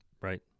Right